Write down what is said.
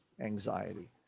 anxiety